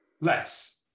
less